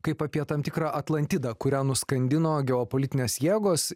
kaip apie tam tikrą atlantidą kurią nuskandino geopolitinės jėgos